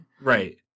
right